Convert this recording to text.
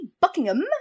Buckingham